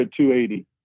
280